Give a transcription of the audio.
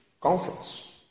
conference